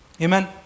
Amen